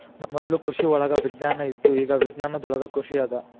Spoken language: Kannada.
ಮೊದ್ಲು ಕೃಷಿವಳಗ ವಿಜ್ಞಾನ ಇತ್ತು ಇಗಾ ವಿಜ್ಞಾನದೊಳಗ ಕೃಷಿ ಅದ